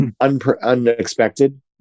unexpected